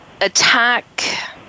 attack